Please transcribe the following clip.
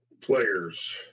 players